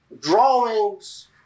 drawings